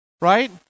right